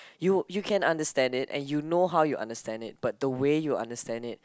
you you can understand it and you know how you understand it but the way you understand it